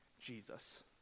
Jesus